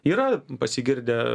yra pasigirdę